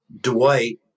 Dwight